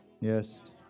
Yes